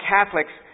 Catholics